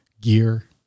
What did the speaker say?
gear